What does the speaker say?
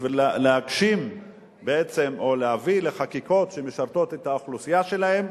בשביל להגשים או להביא לחקיקות שמשרתות את האוכלוסייה שלהם,